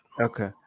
Okay